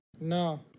No